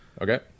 Okay